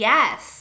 Yes